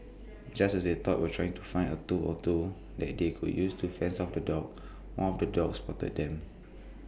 just as they taught were trying to find A tool or two that they could use to fends off the dogs one of the dogs spotted them